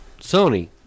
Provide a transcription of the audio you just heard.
Sony